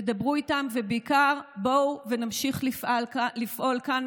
דברו איתם ובעיקר בואו נמשיך לפעול כאן,